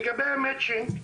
לגבי ה-Matching,